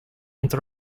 into